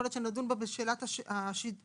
יכול להיות שנדון בה בשאלת השירותים,